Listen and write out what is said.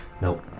Nope